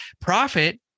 profit